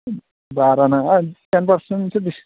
बारा नाङा टेन पारसेन्टसो